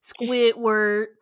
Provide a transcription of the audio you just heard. Squidward